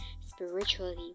spiritually